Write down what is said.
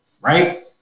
right